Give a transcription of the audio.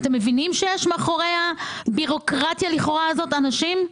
אתם מבינים שיש מאחורי הבירוקרטיה הזאת אנשים?